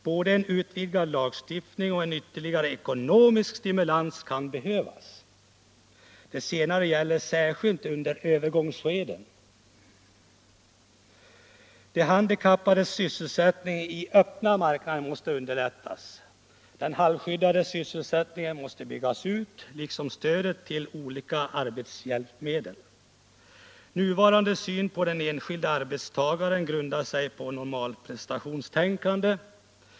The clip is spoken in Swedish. Både en utvidgad lagstiftning och ytterligare ekonomisk stimulans kan behövas. Det senare hjälper särskilt under ett övergångsskede. De handikappades sysselsättning i den öppna marknaden måste underlättas. Den halvskyddade sysselsättningen måste byggas ut, liksom stödet till olika arbetshjälpmedel m.m. Nuvarande syn på den enskilde arbetstagaren grundar sig på ett normalprestationstänkande.